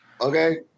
Okay